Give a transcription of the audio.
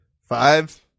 Five